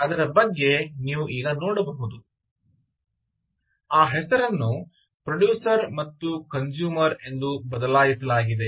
ಅದರ ಬಗ್ಗೆ ನೀವು ನೋಡಬಹುದು ಆ ಹೆಸರನ್ನು ಪ್ರೊಡ್ಯೂಸರ್ ಮತ್ತು ಕನ್ಸೂಮರ್ ಎಂದು ಬದಲಾಯಿಸಲಾಗಿದೆ